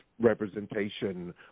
representation